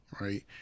right